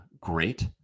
great